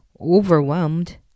overwhelmed